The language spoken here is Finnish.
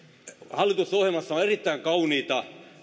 hallitusohjelmassa on erittäin kauniita